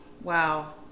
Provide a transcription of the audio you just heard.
Wow